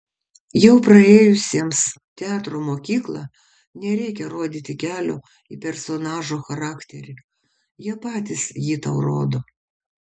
jau praėjusiems teatro mokyklą nereikia rodyti kelio į personažo charakterį jie patys jį tau rodo